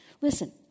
Listen